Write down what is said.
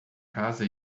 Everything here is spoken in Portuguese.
casa